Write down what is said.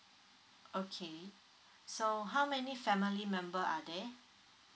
okay so how many family members are there